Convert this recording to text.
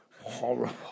horrible